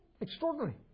Extraordinary